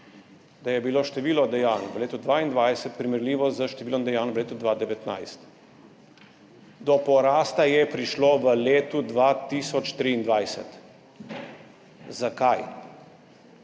da je bilo število dejanj v letu 2022 primerljivo s številom dejanj v letu 2019, do porasta je prišlo v letu 2023. Zakaj?